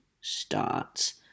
starts